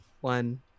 One